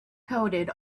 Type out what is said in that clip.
coated